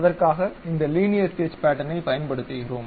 அதற்காக இந்த linear sketch பேட்டர்னைப் பயன்படுத்துகிறோம்